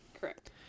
Correct